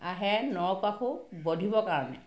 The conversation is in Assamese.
আহে নৰকাসুৰ বধিবৰ কাৰণে